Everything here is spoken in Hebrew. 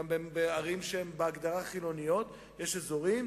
גם בערים שהן בהגדרה חילוניות, יש אזורים